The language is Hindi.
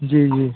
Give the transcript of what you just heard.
जी जी